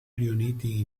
riuniti